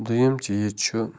دۄیِم چیٖز چھُ